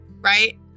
right